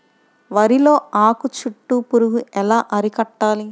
వరిలో ఆకు చుట్టూ పురుగు ఎలా అరికట్టాలి?